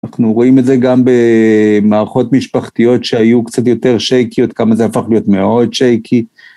אנחנו רואים את זה גם במערכות משפחתיות שהיו קצת יותר שייקיות, כמה זה הפך להיות מאוד שייקי.